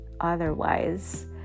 otherwise